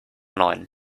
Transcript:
neun